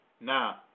Now